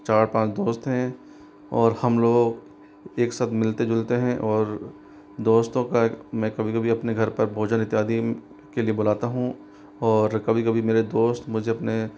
चार पाँच दोस्त हैं और हम लोग एक साथ मिलते जुलते हैं और दोस्तों को मैं कभी कभी अपने घर पर भोजन इत्यादि के लिए बुलाता हूँ और कभी कभी मेरे दोस्त मुझे अपने